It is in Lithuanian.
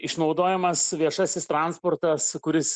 išnaudojamas viešasis transportas kuris